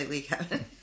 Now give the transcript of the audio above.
Kevin